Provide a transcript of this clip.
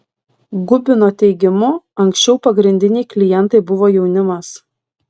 gubino teigimu anksčiau pagrindiniai klientai buvo jaunimas